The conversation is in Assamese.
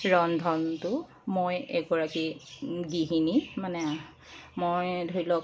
ৰন্ধনটো মই এগৰাকী গৃহিণী মানে মই ধৰি লওক